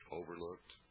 overlooked